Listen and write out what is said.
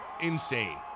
insane